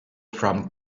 from